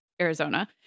Arizona